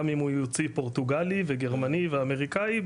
גם אם הוא יוציא פורטוגלי וגרמני ואמריקאי,